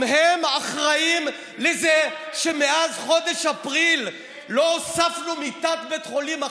גם הם אחראים לזה שמאז חודש אפריל לא הוספנו מיטת בית חולים אחת?